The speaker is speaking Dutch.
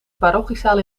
parochiezaal